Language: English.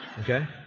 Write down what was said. Okay